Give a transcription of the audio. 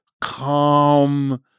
calm